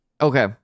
Okay